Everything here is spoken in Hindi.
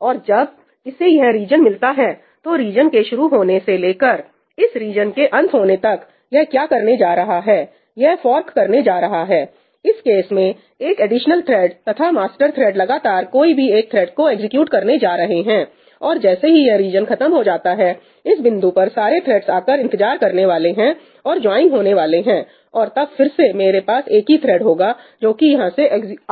और जब इसे यह रीजन मिलता है तो रीजन के शुरू होने से लेकर इस रीजन के अंत होने तक यह क्या करने जा रहा है यह फॉर्क करने जा रहा है इस केस में एक एडिशनल थ्रेड तथा मास्टर थ्रेड लगातार कोई भी एक थ्रेड को एग्जीक्यूट करने जा रहे हैं और जैसे ही यह रीजन खत्म हो जाता है इस बिंदु पर सारे थ्रेड्स आकर इंतजार करने वाले हैं और ज्वाइन होने वाले हैं और तब फिर से मेरे पास एक ही थ्रेड होगा जो कि यहां से